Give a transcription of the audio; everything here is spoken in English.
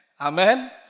Amen